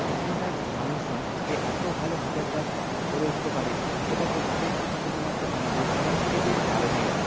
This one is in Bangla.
এখানকার মানুষজন যে এত ভালো হাতের কাজ করে উঠতে পারে সেটা হচ্ছে শুধু মাত্র আমাদের সংস্কৃতির কারণেই